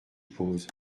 suppose